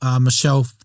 Michelle